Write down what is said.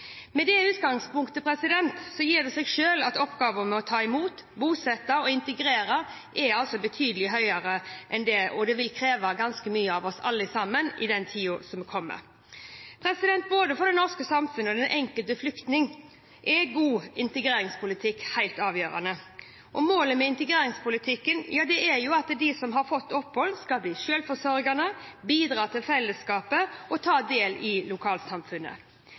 Med det utgangspunktet gir det seg selv at oppgaven med å ta imot, bosette og integrere er betydelig, og det vil kreve ganske mye av oss alle sammen i den tida som kommer. Både for det norske samfunnet og for den enkelte flyktning er god integreringspolitikk helt avgjørende. Målet med integreringspolitikken er at de som har fått opphold, skal bli selvforsørgende, bidra til fellesskapet og ta del i lokalsamfunnet.